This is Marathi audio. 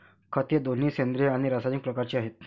खते दोन्ही सेंद्रिय आणि रासायनिक प्रकारचे आहेत